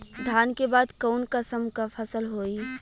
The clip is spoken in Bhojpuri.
धान के बाद कऊन कसमक फसल होई?